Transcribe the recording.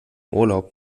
urlaub